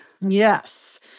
Yes